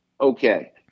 Okay